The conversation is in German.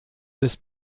des